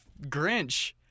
Grinch